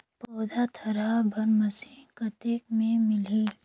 पौधा थरहा बर मशीन कतेक मे मिलही?